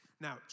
Now